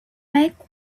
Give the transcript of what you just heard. make